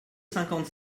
cinquante